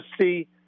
see